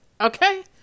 okay